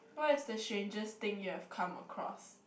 what is the strangest thing you have come across